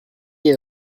des